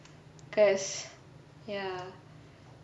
because ya